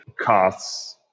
costs